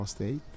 State